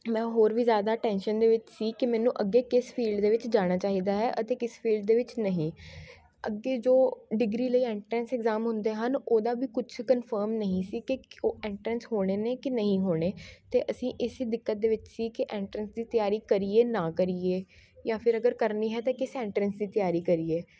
ਮੈਂ ਹੋਰ ਵੀ ਜ਼ਿਆਦਾ ਟੈਂਸ਼ਨ ਦੇ ਵਿੱਚ ਸੀ ਕਿ ਮੈਨੂੰ ਅੱਗੇ ਕਿਸ ਫੀਲਡ ਦੇ ਵਿੱਚ ਜਾਣਾ ਚਾਹੀਦਾ ਹੈ ਅਤੇ ਕਿਸ ਫੀਲਡ ਦੇ ਵਿੱਚ ਨਹੀਂ ਅੱਗੇ ਜੋ ਡਿਗਰੀ ਲਈ ਐਂਟਰੈਂਸ ਇਗਜ਼ਾਮ ਹੁੰਦੇ ਹਨ ਉਹਦਾ ਵੀ ਕੁਛ ਕਨਫਰਮ ਨਹੀਂ ਸੀ ਕਿ ਉਹ ਐਂਟਰੈਂਸ ਹੋਣੇ ਨੇ ਕਿ ਨਹੀਂ ਹੋਣੇ ਅਤੇ ਅਸੀਂ ਇਸ ਦਿੱਕਤ ਦੇ ਵਿੱਚ ਸੀ ਕਿ ਐਂਟਰੈਂਸ ਦੀ ਤਿਆਰੀ ਕਰੀਏ ਨਾ ਕਰੀਏ ਜਾਂ ਫਿਰ ਅਗਰ ਕਰਨੀ ਹੈ ਤਾਂ ਕਿਸ ਐਂਟਰੈਂਸ ਦੀ ਤਿਆਰੀ ਕਰੀਏ